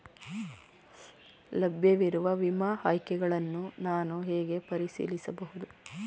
ಲಭ್ಯವಿರುವ ವಿಮಾ ಆಯ್ಕೆಗಳನ್ನು ನಾನು ಹೇಗೆ ಪರಿಶೀಲಿಸಬಹುದು?